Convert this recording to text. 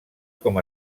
com